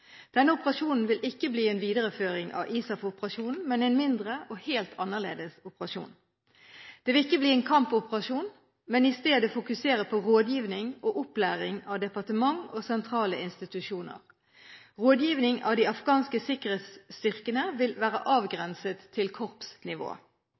den mer detaljerte operasjonsplanen. Denne operasjonen vil ikke bli en videreføring av ISAF-operasjonen, men en mindre og helt annerledes operasjon. Det vil ikke bli en kampoperasjon, men i stedet vil man fokusere på rådgivning og opplæring av departementer og sentrale institusjoner. Rådgivning av de afghanske sikkerhetsstyrkene vil være